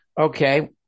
Okay